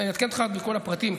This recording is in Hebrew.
אני אעדכן אותך בכל הפרטים,